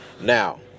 Now